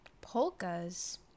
Polkas